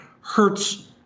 hurts